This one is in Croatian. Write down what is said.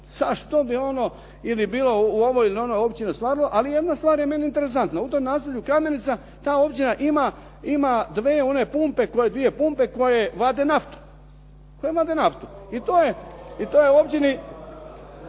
ha što bi ono ili bilo u ovoj ili onoj općini, ali jedna stvar je meni interesenata. U tom naselju Kamenica ta općina ima dvije pumpe koje vade naftu. Koje vade naftu.